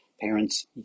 Parents